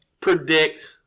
predict